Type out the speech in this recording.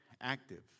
active